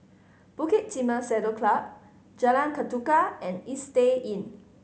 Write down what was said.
Bukit Timah Saddle Club Jalan Ketuka and Istay Inn